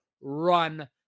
run